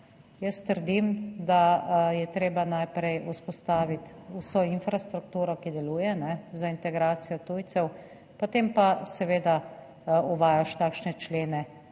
jaz trdim, da je treba najprej vzpostaviti vso infrastrukturo, ki deluje za integracijo tujcev, potem pa seveda uvajaš takšne člene,